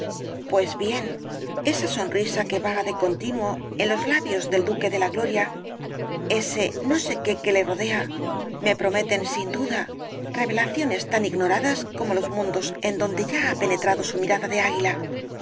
pues bien esa sonrisa que vaga de continuo en los labios del duque de la gloria ese no sé qué que le rodea me prometen sin duda revelaciones tan ignoradas como los mundos en donde ya ha penetrado su mirada de águila